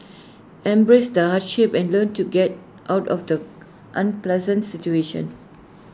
embrace the hardship and learn to get out of the unpleasant situation